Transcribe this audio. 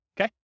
Okay